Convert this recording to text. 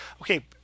okay